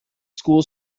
school